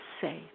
safe